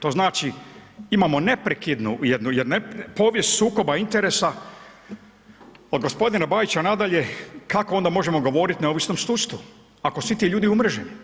To znači imamo neprekidnu jednu, povijest sukoba interesa od gospodina Bajića nadalje kako onda možemo govoriti o neovisnom sudstvu, ako svi ti ljudi umreženi.